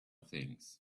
things